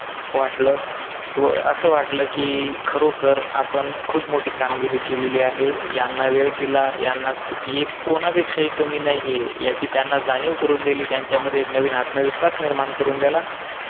वाटलं व असं वाटलं की खरोखर आपण खूप मोठी कामगिरी केलेली आहे यांना वेळ दिला यांना खू हे कोणापेक्षाही कमी नाही आहे याची त्यांना जाणीव करून दिली त्यांच्यामध्ये एक नवीन आत्मविश्वास निर्माण करून दिला